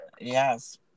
Yes